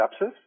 sepsis